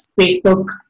Facebook